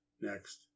next